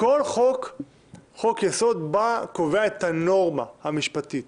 חוק יסוד קובע את הנורמה המשפטית.